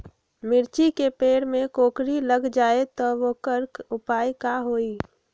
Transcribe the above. मिर्ची के पेड़ में कोकरी लग जाये त वोकर उपाय का होई?